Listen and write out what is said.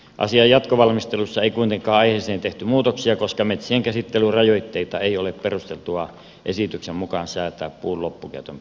asian jatkovalmistelussa ei kuitenkaan aiheeseen tehty muutoksia koska metsien käsittelyn rajoitteita ei ole perusteltua esityksen mukaan säätää puun loppukäytön perusteella